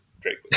Drake